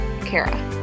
Kara